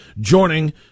joining